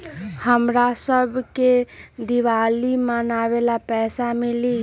हमरा शव के दिवाली मनावेला पैसा मिली?